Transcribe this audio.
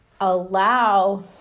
allow